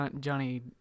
Johnny